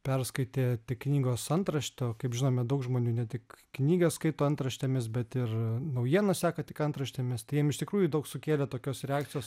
perskaitė tik knygos antraštę o kaip žinome daug žmonių ne tik knygas skaito antraštėmis bet ir naujienas seka tik antraštėmis tai jiem iš tikrųjų daug sukėlė tokios reakcijos